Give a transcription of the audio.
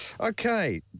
Okay